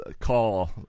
call